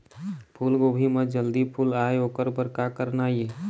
फूलगोभी म जल्दी फूल आय ओकर बर का करना ये?